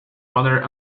other